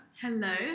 Hello